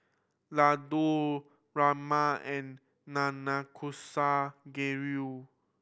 Ladoo Rajma and Nanakusa Gayu